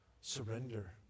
Surrender